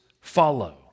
follow